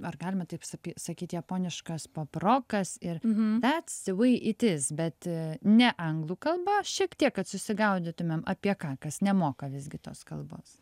ar galima taip sapy sakyt japoniškas poprokas ir thats the way it is bet ne anglų kalba šiek tiek kad susigaudytumėm apie ką kas nemoka visgi tos kalbos